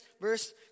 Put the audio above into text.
verse